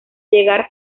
llegar